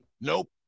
Nope